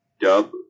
dub